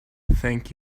thank